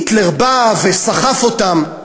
היטלר בא וסחף אותם,